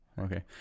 Okay